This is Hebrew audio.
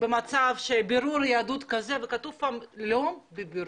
במצב שבירור יהדות כזה וכתוב 'בבירור'